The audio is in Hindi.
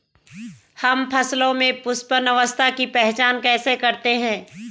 हम फसलों में पुष्पन अवस्था की पहचान कैसे करते हैं?